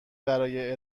برای